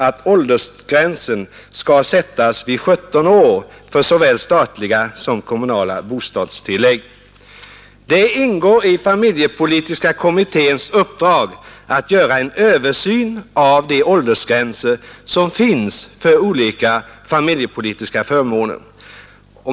I betänkandet 42 står: Det ingår i familjepolitiska kommitténs uppdrag att göra en översyn av de åldersgränser som finns för olika familjepolitiska förmåner.